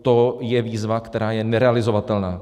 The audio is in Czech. To je výzva, která je nerealizovatelná.